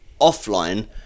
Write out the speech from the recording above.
offline